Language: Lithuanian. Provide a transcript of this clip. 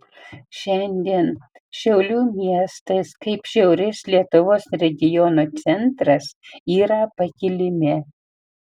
šiandien šiaulių miestas kaip šiaurės lietuvos regiono centras yra pakilime